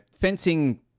fencing